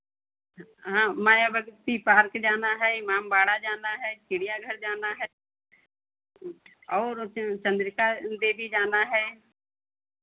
हाँ मायावती पार्क जाना है इमामबाड़ा जाना है चिड़ियाघर जाना है और वो चन्द्रिका देवी जाना है